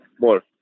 more